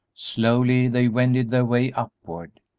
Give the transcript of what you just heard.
slowly they wended their way upward,